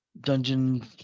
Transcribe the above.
Dungeon